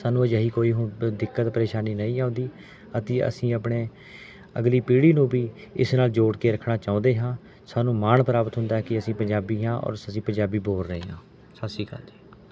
ਸਾਨੂੰ ਅਜਿਹੀ ਕੋਈ ਹੁਣ ਦਿੱਕਤ ਪਰੇਸ਼ਾਨੀ ਨਹੀਂ ਆਉਂਦੀ ਅਤੇ ਅਸੀਂ ਆਪਣੇ ਅਗਲੀ ਪੀੜ੍ਹੀ ਨੂੰ ਵੀ ਇਸ ਨਾਲ ਜੋੜ ਕੇ ਰੱਖਣਾ ਚਾਹੁੰਦੇ ਹਾਂ ਸਾਨੂੰ ਮਾਣ ਪ੍ਰਾਪਤ ਹੁੰਦਾ ਹੈ ਕਿ ਅਸੀਂ ਪੰਜਾਬੀ ਹਾਂ ਔਰ ਅਸੀਂ ਬੋਲ ਰਹੇ ਹਾਂ ਸਤਿ ਸ਼੍ਰੀ ਅਕਾਲ ਜੀ